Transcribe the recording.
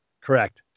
Correct